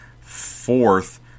fourth